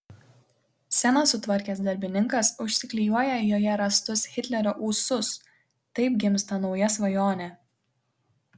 sceną sutvarkęs darbininkas užsiklijuoja joje rastus hitlerio ūsus taip gimsta nauja svajonė